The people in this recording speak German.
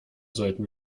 sollten